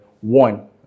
One